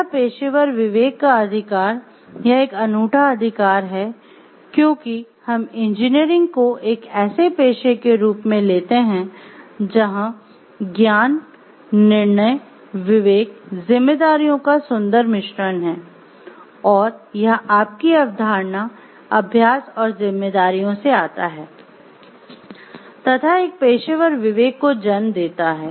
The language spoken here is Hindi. यह पेशेवर विवेक का अधिकार यह एक अनूठा अधिकार है क्योंकि हम इंजीनियरिंग को एक ऐसे पेशे के रूप में लेते हैं जहां ज्ञान निर्णय विवेक जिम्मेदारियों का सुंदर मिश्रण है और यह आपकी अवधारणा अभ्यास और जिम्मेदारियों से आता है तथा एक पेशेवर विवेक को जन्म देता है